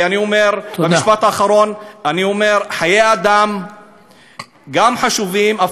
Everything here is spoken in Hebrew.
משפט אחרון: אני אומר שחיי אדם גם חשובים,